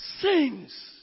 sins